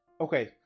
Okay